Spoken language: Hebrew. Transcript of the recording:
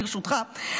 ברשותך.